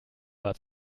war